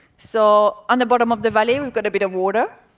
so, on the bottom of the valley, we've got a bit of water.